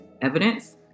evidence